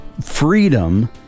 Freedom